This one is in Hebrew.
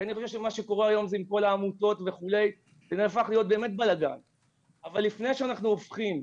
כי מה שקורה היום עם כל העמותות וכו' באמת הפך לבלגן,